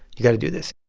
you've got to do this.